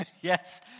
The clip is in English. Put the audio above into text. Yes